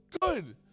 good